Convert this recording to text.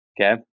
okay